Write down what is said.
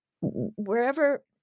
Wherever